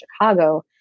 Chicago